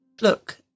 Look